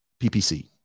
PPC